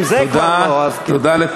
אם לזה כבר לא, אז, תודה.